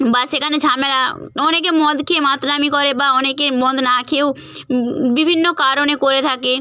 বা সেখানে ঝামেলা অনেকে মদ খেয়ে মাতলামি করে বা অনেকে মদ না খেয়েও বিভিন্ন কারণে করে থাকে